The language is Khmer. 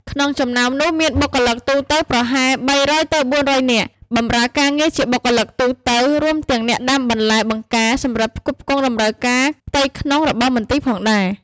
ក្នុងចំណោមនោះមាន បុគ្គលិកទូទៅ ប្រហែល ៣០០ ទៅ៤០០ នាក់ បម្រើការជាបុគ្គលិកទូទៅ រួមទាំងអ្នកដាំបន្លែបង្ការសម្រាប់ផ្គត់ផ្គង់តម្រូវការផ្ទៃក្នុងរបស់មន្ទីរផងដែរ។